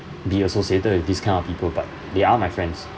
be associated with these kind of people but they are my friends